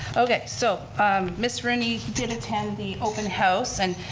okay, so ms. rooney did attend the open house and